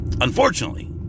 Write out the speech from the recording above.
Unfortunately